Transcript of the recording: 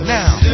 now